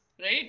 right